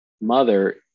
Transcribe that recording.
mother